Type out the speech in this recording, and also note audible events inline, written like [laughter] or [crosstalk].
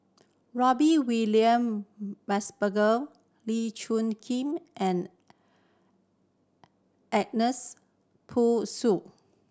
[unintelligible] William Mosbergen Lee Choon Kee and Ernest [unintelligible]